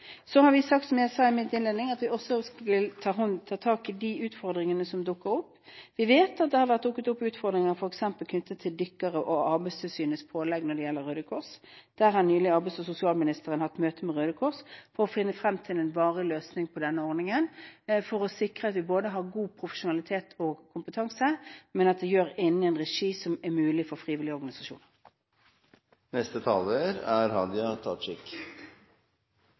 Som jeg sa i min innledning, ønsker vi også å ta tak i de utfordringene som dukker opp. Vi vet at det har dukket opp utfordringer f.eks. knyttet til dykkere og Arbeidstilsynets pålegg når det gjelder Røde Kors. Arbeids- og sosialministeren har nylig hatt et møte med Røde Kors for å finne frem til en varig løsning for denne ordningen – for å sikre god profesjonalitet og kompetanse, innen en regi som er mulig for frivillige organisasjoner.